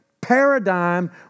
paradigm